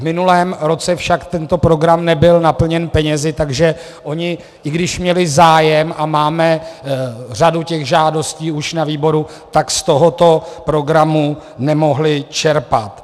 V minulém roce však tento program nebyl naplněn penězi, takže oni, i když měli zájem, a máme řadu těch žádostí už na výboru, tak z tohoto programu nemohli čerpat.